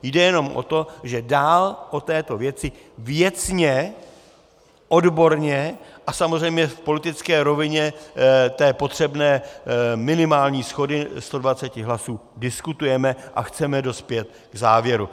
Jde jenom o to, že dál o této věci věcně, odborně a samozřejmě v politické rovině té potřebné minimální shody 120 hlasů diskutujeme a chceme dospět k závěru.